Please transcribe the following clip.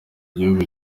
igihugu